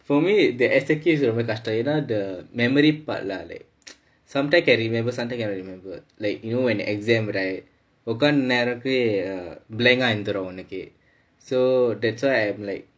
for me the essay Q is ரொம்ப கஷ்டம்:romba kashtam you know the memory part lah like sometime can remember sometime cannot remember like you know when the exam right உட்கார்ந்த நேரத்திலேயே:utkkaarntha nerathilaeyae blank ah இருந்திரும் உனக்கு:irunthirum unakku so that's why I'm like